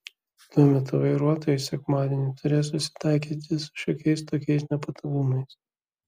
tuo metu vairuotojai sekmadienį turės susitaikyti su šiokiais tokiais nepatogumais